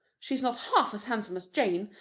she is not half as handsome as jane,